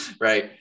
right